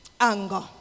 Anger